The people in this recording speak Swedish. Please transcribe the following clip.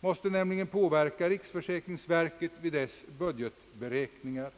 måste nämligen påverka riksförsäkringsverket vid dess budgetberäkningar.